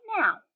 now